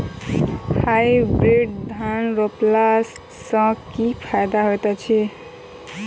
Hybrid धान रोपला सँ की फायदा होइत अछि?